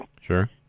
Sure